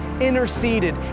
interceded